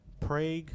Prague